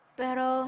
pero